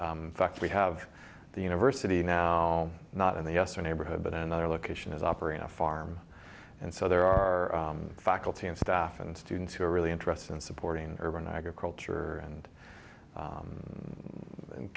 the fact we have the university now not in the us or neighborhood but in another location is operating a farm and so there are faculty and staff and students who are really interested in supporting urban agriculture and